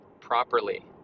properly